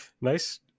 Nice